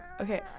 Okay